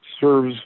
serves